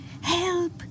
Help